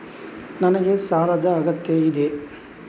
ನನಗೆ ಸಾಲದ ಅಗತ್ಯ ಇದೆ?